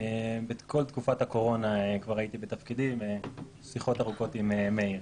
בכול תקופת הקורונה כבר הייתי בתפקידי בשיחות ארוכות עם מאיר.